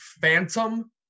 Phantom